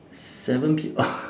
seven P